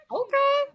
okay